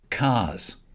cars